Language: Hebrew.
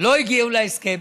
לא הגיעו להסכם,